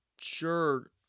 Sure